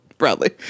Bradley